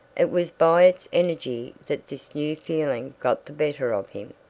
it was by its energy that this new feeling got the better of him.